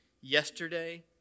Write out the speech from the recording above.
yesterday